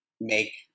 make